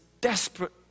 desperate